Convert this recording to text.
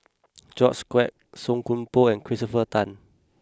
George Quek Song Koon Poh and Christopher Tan